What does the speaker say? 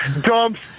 dumps